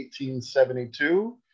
1872